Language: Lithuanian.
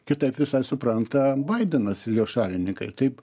kitaip visai supranta baidenas ir jo šalininkai taip